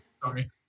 Sorry